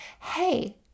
hey